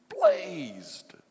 blazed